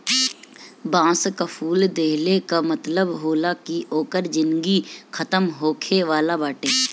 बांस कअ फूल देहले कअ मतलब होला कि ओकर जिनगी खतम होखे वाला बाटे